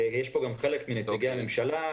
יש פה גם חלק מנציגי הממשלה,